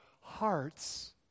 hearts